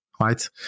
right